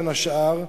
בין השאר,